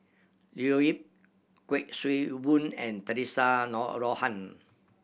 Leo Yip Kuik Swee Boon and Theresa Noronha